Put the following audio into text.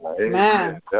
Amen